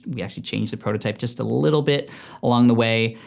we actually changed the prototype just a little bit along the way,